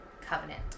covenant